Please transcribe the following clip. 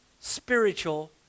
spiritual